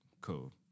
cool